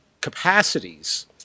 capacities